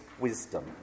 wisdom